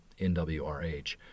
NWRH